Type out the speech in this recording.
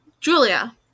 Julia